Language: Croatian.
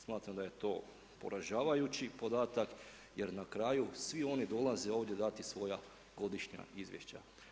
Smatram da je to poražavajući podatak jer na kraju svi oni dolaze dati svoja godišnja izvješća.